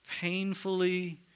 painfully